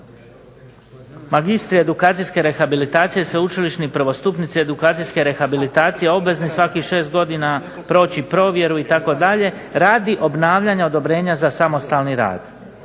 magistri edukacijske rehabilitacije sveučilišni prvostupnici edukacijske rehabilitacije obvezni svakih 6 godina proći provjeru itd. radi obnavljanja odobrenja za samostalni rad,